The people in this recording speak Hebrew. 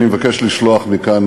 אני מבקש לשלוח מכאן,